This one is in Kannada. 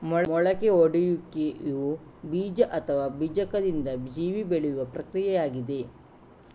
ಮೊಳಕೆಯೊಡೆಯುವಿಕೆಯು ಬೀಜ ಅಥವಾ ಬೀಜಕದಿಂದ ಜೀವಿ ಬೆಳೆಯುವ ಪ್ರಕ್ರಿಯೆಯಾಗಿದೆ